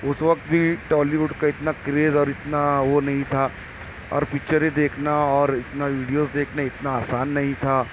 اس وقت بھی ٹالیووڈ کا اتنا کریز اور اتنا وہ نہیں تھا اور پکچریں دیکھنا اور اتنا ویڈیو دیکھنا اتنا آسان نہیں تھا